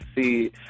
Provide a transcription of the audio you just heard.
see